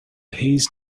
hays